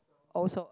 also